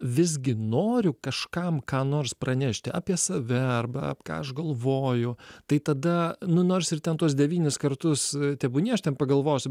visgi noriu kažkam ką nors pranešti apie save arba ką aš galvoju tai tada nu nors ir ten tuos devynis kartus tebūnie aš ten pagalvosiu